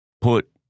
put